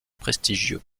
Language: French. prestigieux